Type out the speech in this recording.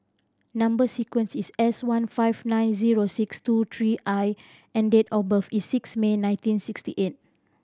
number sequence is S one five nine zero six two three I and date of birth is six May nineteen sixty eight